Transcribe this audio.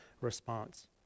response